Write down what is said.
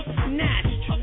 snatched